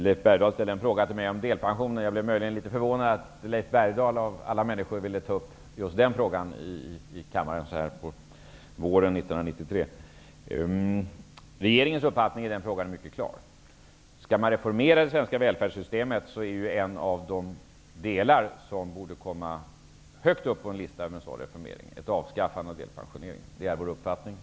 Leif Bergdahl ställde en fråga till mig om delpensionen. Jag blev litet förvånad över att Leif Bergdahl av alla människor vill ta upp just den frågan i kammaren så här på våren 1993. Regeringens uppfattning i den frågan är mycket klar: Skall man reformera det svenska välfärdssystemet borde ett avskaffande av delpensionering komma högt upp på en lista över reformer. Det är vår uppfattning.